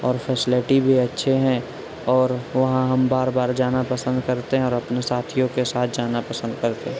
اور فیسلیٹی بھی اچھے ہیں اور وہاں ہم بار بار جانا پسند کرتے ہیں اور اپنے ساتھیوں کے ساتھ جانا پسند کرتے